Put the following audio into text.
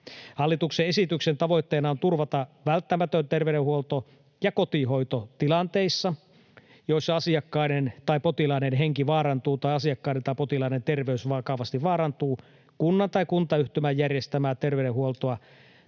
Hallituksen esityksen tavoitteena on turvata välttämätön terveydenhuolto ja kotihoito tilanteissa, joissa asiakkaiden tai potilaiden henki vaarantuu tai asiakkaiden tai potilaiden terveys vakavasti vaarantuu kunnan tai kuntayhtymän järjestämää terveydenhuoltoa